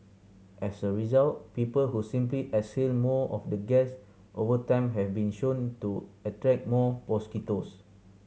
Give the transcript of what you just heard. as a result people who simply exhale more of the gas over time have been shown to attract more mosquitoes